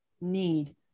need